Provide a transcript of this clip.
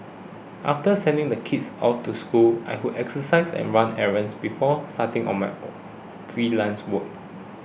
after sending the kids off to school I would exercise and run errands before starting on my freelance work